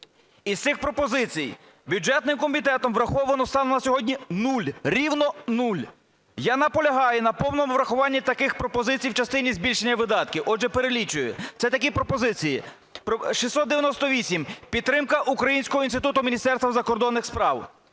Із цих пропозицій бюджетним комітетом враховано станом на сьогодні нуль, рівно нуль! Я наполягаю на повному врахуванні таких пропозицій в частині збільшення видатків. Отже, перелічую, це такі пропозиції. 698. Підтримка Українського інституту Міністерства закордонних справ.